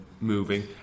moving